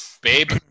Babe